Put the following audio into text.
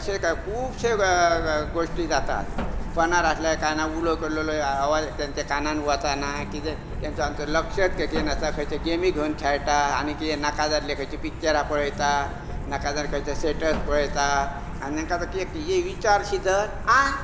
अशे कांय खूब शे गोश्टी जातात फॉनार आसलें कांय ना उलो केल्लेलो हा आवाज तेंच्या कानान वचना कितें तेचें लक्षच खंय आसा ते गॅमी घेवून खेळटा आनी कितें नाका जाल्लें खंयची पिक्चरां पळयता नाका जाल्ले खंयचे स्टेटस पळयता आनी हेंकां आतां कितें विचारशीत जर आं